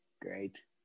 great